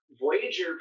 Voyager